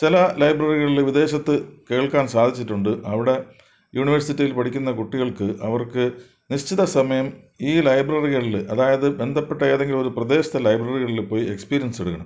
ചില ലൈബ്രറികളിൽ വിദേശത്ത് കേൾക്കാൻ സാധിച്ചിട്ടുണ്ട് അവിടെ യൂണിവേഴ്സിറ്റിയിൽ പഠിക്കുന്ന കുട്ടികൾക്ക് അവർക്ക് നിശ്ചിത സമയം ഈ ലൈബ്രറികളിൽ അതായത് ബന്ധപ്പെട്ട ഏതെങ്കിലും ഒരു പ്രദേശത്തെ ലൈബ്രറികളിൽ പോയി എക്സ്പീരിയൻസെടുക്കണം